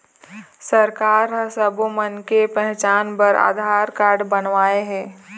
सरकार ह सब्बो मनखे के पहचान बर आधार कारड बनवाए हे